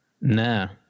No